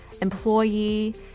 employee